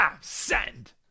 send